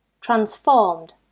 transformed